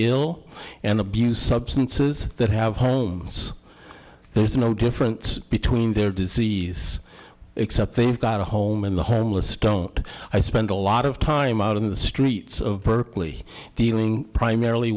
ill and abuse substances that have homes there's no difference between their disease except they've got a home in the homeless don't i spend a lot of time out in the streets of berkeley dealing primarily